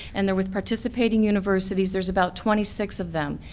and they're with participating universities, there's about twenty six of them.